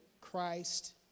Christ